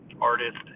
artist